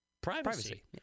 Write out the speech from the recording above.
privacy